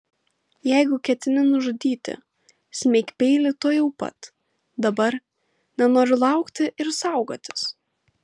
jeigu ketini nužudyti smeik peilį tuojau pat dabar nenoriu laukti ir saugotis